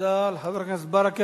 תודה לחבר הכנסת ברכה.